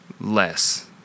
less